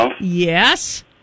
Yes